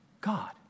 God